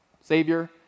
Savior